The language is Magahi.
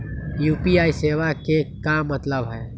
यू.पी.आई सेवा के का मतलब है?